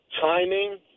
timing